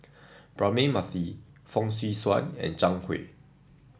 Braema Mathi Fong Swee Suan and Zhang Hui